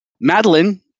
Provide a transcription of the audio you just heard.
Madeline